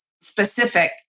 specific